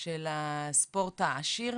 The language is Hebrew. של הספורט העשיר,